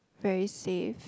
very safe